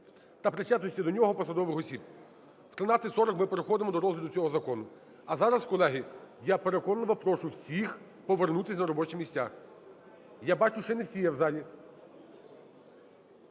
та причетності до нього посадових осіб. О 13:40 ми переходимо до розгляду цього закону. А зараз, колеги, я переконливо прошу всіх повернутись на робочі місця. Я бачу, ще не всі є в залі.